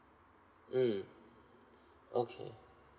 mm okay